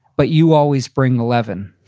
but you always bring eleven.